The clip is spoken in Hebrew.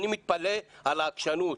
אני מתפלא על העקשנות.